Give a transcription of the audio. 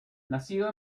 nacido